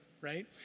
right